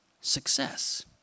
success